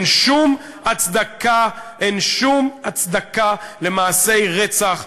אין שום הצדקה למעשי רצח,